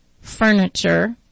furniture